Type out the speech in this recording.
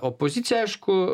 opozicija aišku